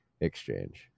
exchange